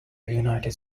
united